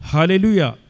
Hallelujah